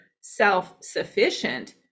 self-sufficient